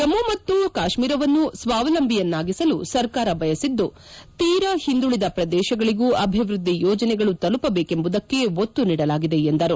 ಜಮ್ಮ ಮತ್ತು ಕಾಶ್ಮೀರವನ್ನು ಸ್ವಾವಲಂಬಿಯನ್ನಾಗಿಸಲು ಸರ್ಕಾರ ಬಯಸಿದ್ದು ತೀರಾ ಹಿಂದುಳದ ಪ್ರದೇಶಗಳಗೂ ಅಭಿವೃದ್ಧಿ ಯೋಜನೆಗಳು ತಲುಪಬೇಕೆಂಬುದಕ್ಕೆ ಒತ್ತು ನೀಡಲಾಗಿದೆ ಎಂದರು